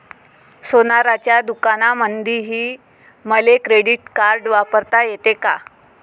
सोनाराच्या दुकानामंधीही मले क्रेडिट कार्ड वापरता येते का?